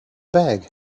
bag